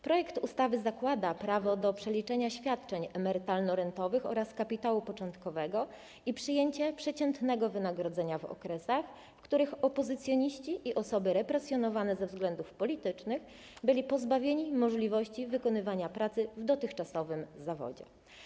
Projekt ustawy zakłada prawo do przeliczenia świadczeń emerytalno-rentowych oraz kapitału początkowego i przyjęcie przeciętnego wynagrodzenia w okresach, w których opozycjoniści i osoby represjonowane ze względów politycznych byli pozbawieni możliwości wykonywania pracy w dotychczasowym zawodzie.